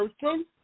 person